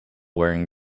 wearing